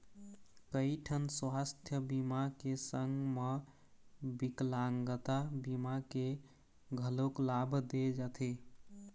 कइठन सुवास्थ बीमा के संग म बिकलांगता बीमा के घलोक लाभ दे जाथे